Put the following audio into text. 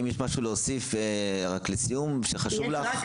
האם יש משהו להוסיף לסיום שחשוב לך?